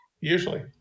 Usually